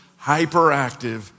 hyperactive